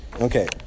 Okay